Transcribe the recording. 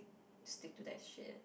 stick to that shit